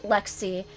Lexi